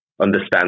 understand